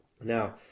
Now